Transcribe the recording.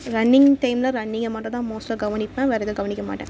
running டைமில் ரன்னிங்கை மட்டும்தான் மோஸ்ட்டாக கவனிப்பேன் வேறு எதுவும் கவனிக்கமாட்டேன்